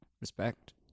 Respect